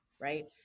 right